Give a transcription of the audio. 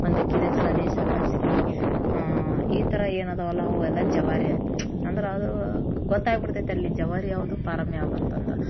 ಒಂದು ಕಿರಿಕ್ಸಾಲಿ ಸಬ್ಬಸ್ಗೆ ಈ ಥರ ಏನದವಲ್ಲ ಅವೆಲ್ಲ ಜವಾರಿ ಅಂದ್ರೆ ಅದು ಗೊತ್ತಾಗಿಬಿಡ್ತೈತಲ್ಲಿ ಜವಾರಿ ಯಾವುದು ಪಾರಮ್ ಯಾವುದು ಅಂತಂದು